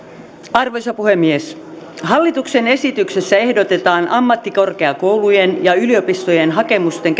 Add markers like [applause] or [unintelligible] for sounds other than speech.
arvoisa puhemies hallituksen esityksessä ehdotetaan ammattikorkeakoulujen ja yliopistojen hakemusten [unintelligible]